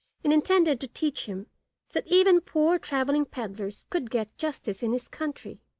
and intended to teach him that even poor travelling pedlars could get justice in his country,